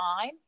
time